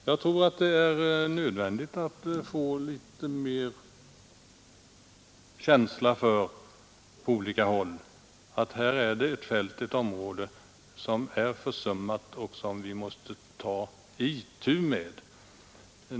Jag tror det är nödvändigt att på olika håll skapa bättre känsla för att här har vi ett försummat fält som vi måste ta itu med.